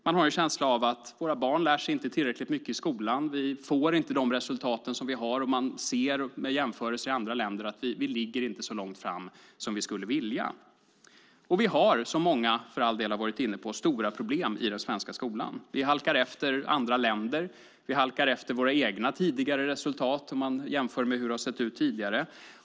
Man har en känsla av att våra barn inte lär sig tillräckligt mycket i skolan. Vi får inte de resultat som vi nu har. Man ser med jämförelser med andra länder att vi inte ligger så långt fram som vi skulle vilja. Vi har, som många för all del har varit inne på, stora problem i den svenska skolan. Vi halkar efter andra länder och våra egna resultat om man jämför med hur det har sett ut tidigare.